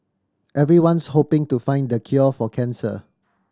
everyone's hoping to find the cure for cancer